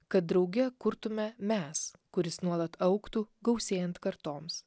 kad drauge kurtume mes kuris nuolat augtų gausėjant kartoms